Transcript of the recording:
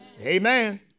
amen